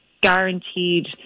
guaranteed